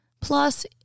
Plus